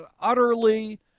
utterly